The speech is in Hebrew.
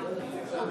גם